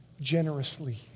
generously